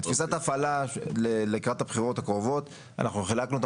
תפיסת הפעלה לקראת הבחירות הקרובות אנחנו חילקנו את